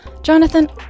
Jonathan